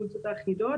החולצות האחידות,